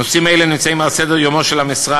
נושאים אלה נמצאים על סדר-יומו של המשרד,